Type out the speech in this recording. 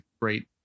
great